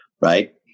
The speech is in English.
right